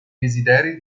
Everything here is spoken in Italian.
desideri